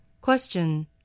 Question